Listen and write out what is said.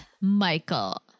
Michael